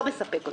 לא מספק אתכם?